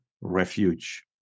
refuge